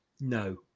No